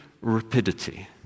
rapidity